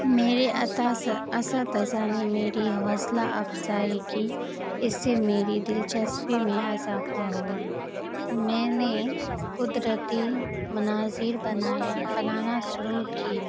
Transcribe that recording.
میرے عطا سے اساتذہ نے میری حوصلہ افزائی کی اس سے میری دلچسپی میں اضافہ ہوا میں نے قدرتی مناظر بنایا بنانا شروع کی